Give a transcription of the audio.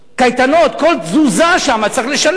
קייטנות, על כל תזוזה שם צריך לשלם.